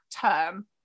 term